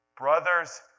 Brothers